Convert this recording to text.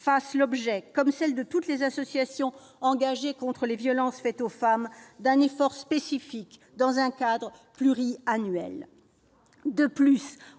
fassent l'objet, comme celles de toutes les associations engagées contre les violences faites aux femmes, d'un effort spécifique, dans un cadre pluriannuel